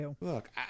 Look